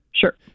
Sure